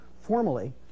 formally